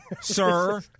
sir